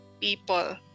people